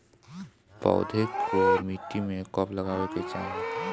पौधे को मिट्टी में कब लगावे के चाही?